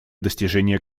достижения